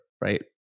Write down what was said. Right